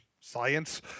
science